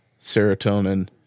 serotonin